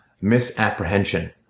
misapprehension